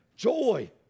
Joy